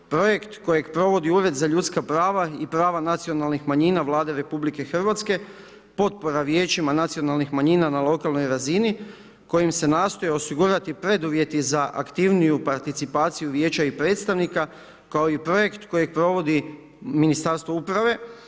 Projekt kojeg provodi Ured za ljudska prava i prava nacionalnih manjina Vlade RH, potpora vijećima nacionalnih manjina na lokalnoj razini, kojom se nastoji osigurati preduvjeti za aktivniju participaciju vijeća i predstavnika kao i projekt kojeg provodi Ministarstvo uprave.